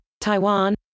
Taiwan